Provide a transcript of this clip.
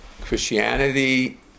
Christianity